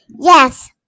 Yes